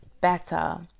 better